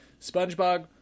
Spongebob